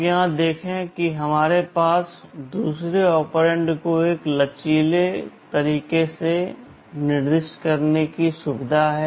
आप यहां देखें कि हमारे पास दूसरे ऑपरेंड को एक लचीले तरीके से निर्दिष्ट करने की सुविधा है